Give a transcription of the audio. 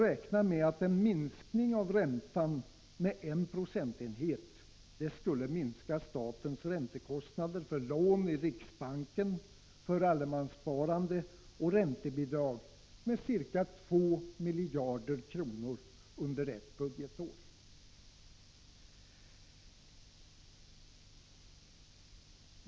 räkna med att en sänkning av räntan med en procentenhet skulle minska statens räntekostnader för lån i riksbanken, för allemanssparande och för räntebidrag med ca 2 miljarder kronor under ett budgetår.